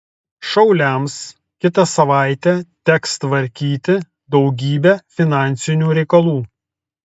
šauliams kitą savaitę teks tvarkyti daugybę finansinių reikalų